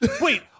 Wait